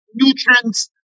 Nutrients